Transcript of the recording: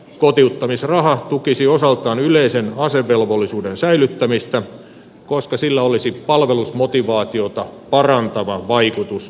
kotiuttamisraha tukisi osaltaan yleisen asevelvollisuuden säilyttämistä koska sillä olisi palvelusmotivaatiota parantava vaikutus